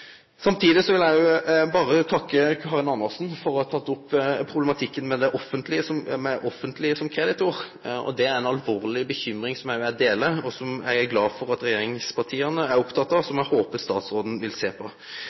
Samtidig vil eg berre takke Karin Andersen for å ha teke opp problematikken med det offentlege som kreditor. Det er ei alvorleg bekymring som eg deler, som eg er glad for at regjeringspartia er opptekne av, og som eg håper statsråden vil sjå på.